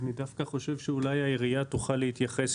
אני דווקא חושב שאולי העירייה תוכל להתייחס.